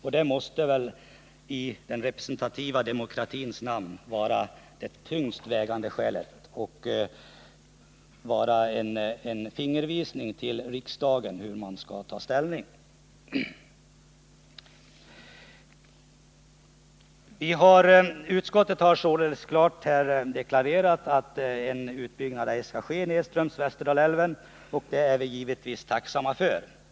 Det måste väl i den representativa demokratins namn vara det tyngst vägande skälet — och en fingervisning till riksdagen om hur man skall ta ställning. Utskottet har således klart deklarerat att en utbyggnad ej skall ske av nedre Västerdalälven, och det är vi givetvis tacksamma för.